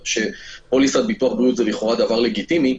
שזה לכאורה דבר לגיטימי,